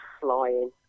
flying